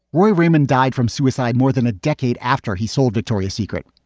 roy raymond died from suicide more than a decade after he sold victoria's secret.